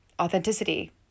authenticity